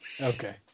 Okay